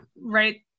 Right